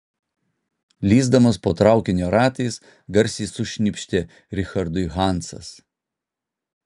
lįsdamas po traukinio ratais garsiai sušnypštė richardui hansas